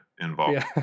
involved